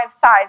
sides